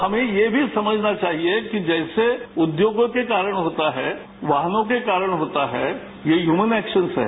हमें ये भी समझना चाहिए कि जैसे उद्योगों के कारण होता है वाहनों के कारण होता है ये ह्यमन एक्सन्स है